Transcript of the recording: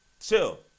Chill